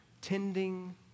Tending